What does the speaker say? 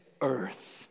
earth